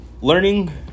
learning